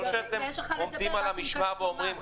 זה לא שאתם עומדים על המשמר ואומרים,